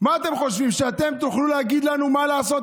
מה אתם חושבים, שאתם תוכלו להגיד לנו מה לעשות?